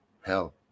Hell